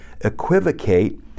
equivocate